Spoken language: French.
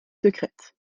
secrète